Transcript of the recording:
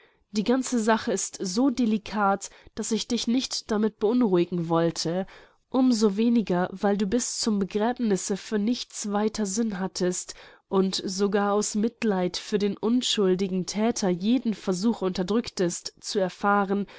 die ganze sache ist so delicat daß ich dich nicht damit beunruhigen wollte um so weniger weil du bis zum begräbnisse für nichts weiter sinn hattest und sogar aus mitleid für den unschuldigen thäter jeden versuch unterdrücktest zu erfahren